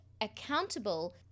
accountable